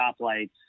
stoplights